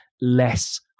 less